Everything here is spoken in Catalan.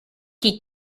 qui